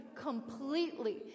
completely